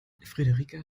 friederike